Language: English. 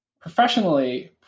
professionally